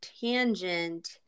tangent